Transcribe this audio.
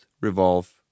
revolve